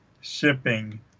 shipping